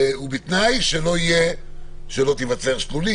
ובתנאי שלא תיווצר שלולית.